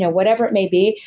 whatever it may be,